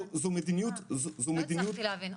אני אומר שצריך לראות.